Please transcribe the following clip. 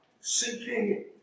seeking